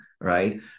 right